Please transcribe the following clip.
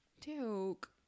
Duke